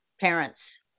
Parents